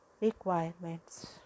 requirements